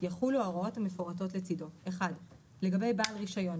יחולו ההוראות המפורטות לצידו: לגבי בעל רישיון,